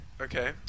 Okay